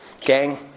gang